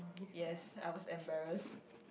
yes I was embarrassed